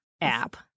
app